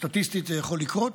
סטטיסטית זה יכול לקרות,